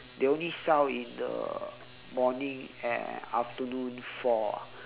they only sell in the morning and afternoon four ah